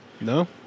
No